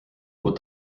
kuud